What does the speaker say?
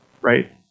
right